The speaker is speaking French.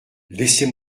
laissez